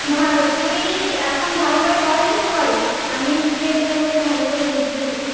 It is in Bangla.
ভালো তুমি এখন ভালো করে পড়াশোনা করো আমি গিয়ে তোমাকে ভালো করে বুঝিয়ে দেবো